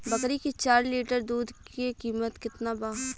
बकरी के चार लीटर दुध के किमत केतना बा?